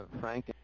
Frank